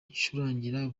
icurangira